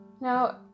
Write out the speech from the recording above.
Now